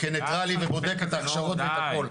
כניטרלי ובודק את ההכשרות ואת הכול,